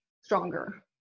stronger